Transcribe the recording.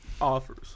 offers